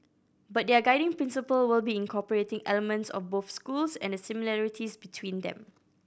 but their guiding principle will be incorporating elements of both schools and the similarities between them